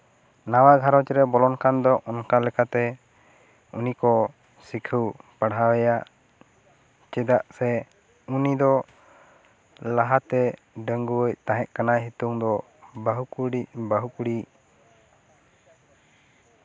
ᱱᱟᱣᱟ ᱜᱷᱟᱨᱚᱸᱡᱽ ᱨᱮ ᱵᱚᱞᱚᱱ ᱠᱟᱱ ᱫᱚ ᱚᱱᱠᱟ ᱞᱮᱠᱟᱛᱮ ᱩᱱᱤ ᱠᱚ ᱥᱤᱠᱷᱟᱹᱣ ᱯᱟᱲᱦᱟᱣᱮᱭᱟ ᱪᱮᱫᱟᱜ ᱥᱮ ᱩᱱᱤ ᱫᱚ ᱞᱟᱦᱟ ᱛᱮ ᱰᱟᱺᱜᱩᱣᱟᱹᱭ ᱛᱟᱦᱮᱸᱠᱟᱱᱟ ᱦᱤᱛᱳᱝ ᱫᱚ ᱵᱟᱹᱦᱩ ᱠᱩᱲᱤᱼᱵᱟᱹᱦᱩ ᱠᱩᱲᱤ